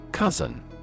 Cousin